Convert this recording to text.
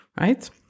right